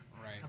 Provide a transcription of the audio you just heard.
Right